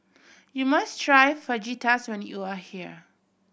you must try Fajitas when you are here